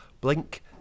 Blink